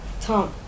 Tom